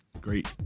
great